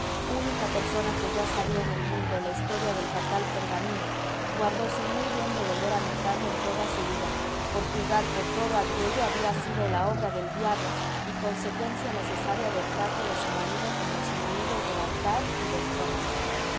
única persona que ya sabía en el mundo la historia del fatal pergamino guardóse muy bien de volver a mentarlo en toda su vida por juzgar que todo aquello había sido obra del diablo y consecuencia necesaria del trato de su marido con los enemigos del altar y del trono